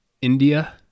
india